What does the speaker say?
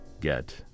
get